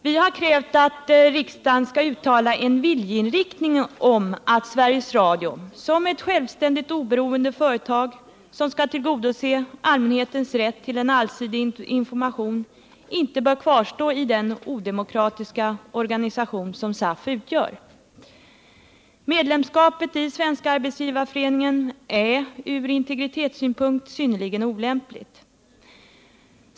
Vi har krävt att riksdagen skall uttala en viljeinriktning om att Sveriges Radio som ett självständigt oberoende företag som skall tillgodose allmänhetens rätt till allsidig information inte bör kvarstå i den odemokratiska organisation som SAF utgör. Medlemskapet i Svenska arbetsgivareföreningen är från integritetssynpunkt synnerligen olämpligt.